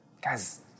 guys